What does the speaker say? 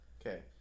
Okay